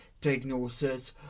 diagnosis